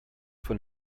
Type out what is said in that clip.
von